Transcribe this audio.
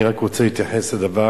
אני רק רוצה להתייחס לדבר